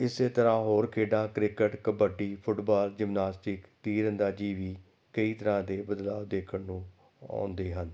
ਇਸ ਤਰ੍ਹਾਂ ਹੋਰ ਖੇਡਾਂ ਕ੍ਰਿਕਟ ਕਬੱਡੀ ਫੁੱਟਬਾਲ ਜਿੰਮਨਾਸਟਿਕ ਤੀਰ ਅੰਦਾਜ਼ੀ ਵੀ ਕਈ ਤਰ੍ਹਾਂ ਦੇ ਬਦਲਾਉ ਦੇਖਣ ਨੂੰ ਆਉਂਦੇ ਹਨ